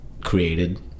created